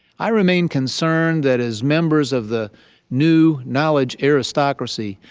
i remain concerned that as members of the new knowledge aristocracy,